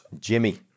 Jimmy